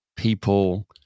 people